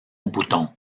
bouton